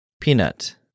Peanut